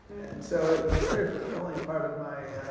and so it was a very fulfilling part of my